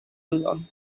proudhon